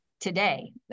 today